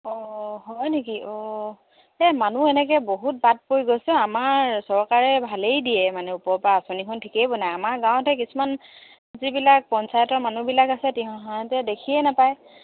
অঁ হয় নেকি অঁ এই মানুহ এনেকৈ বহুত বাট পৰি গৈছে অ' আমাৰ চৰকাৰে ভালেই দিয়ে মানে ওপৰপৰা আঁচনিখন ঠিকেই বনাই আমাৰ গাঁৱতে কিছুমান যিবিলাক পঞ্চায়তৰ মানুহবিলাক আছে সিহঁতে দেখিয়ে নাপায়